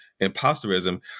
imposterism